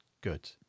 good